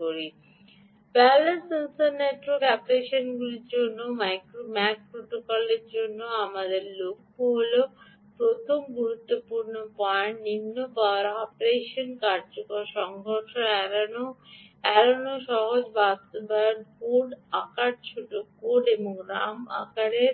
wireless sensor network অ্যাপ্লিকেশনগুলির জন্য MAC প্রোটোকলের জন্য আমাদের লক্ষ্য হল প্রথম গুরুত্বপূর্ণ পয়েন্ট নিম্ন পাওয়ার অপারেশন কার্যকর সংঘর্ষ এড়ানো এড়ানো সহজ বাস্তবায়ন কোড আকার ছোট কোড এবং আকারের